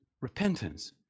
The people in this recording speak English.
repentance